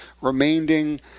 remaining